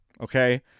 okay